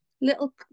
little